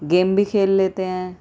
game بھی کھیل لیتے ہیں